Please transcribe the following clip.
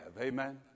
Amen